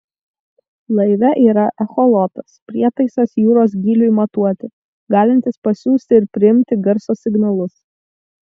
laive yra echolotas prietaisas jūros gyliui matuoti galintis pasiųsti ir priimti garso signalus